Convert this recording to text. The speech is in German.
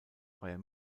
freier